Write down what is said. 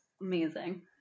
amazing